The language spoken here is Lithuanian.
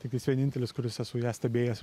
tiktais vienintelis kuris esu ją stebėjęs